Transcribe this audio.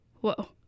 Whoa